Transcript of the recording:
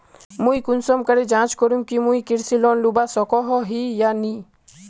मुई कुंसम करे जाँच करूम की मुई कृषि लोन लुबा सकोहो ही या नी?